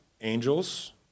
angels